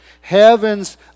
heaven's